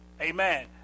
Amen